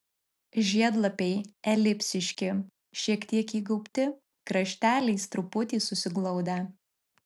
žiedlapiai elipsiški šiek tiek įgaubti krašteliais truputį susiglaudę